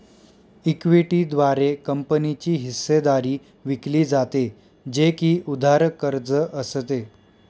equity द्वारे कंपनीची हिस्सेदारी विकली जाते, जे की उधार कर्ज असते